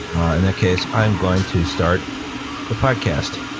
in that case, i'm going to start the podcast.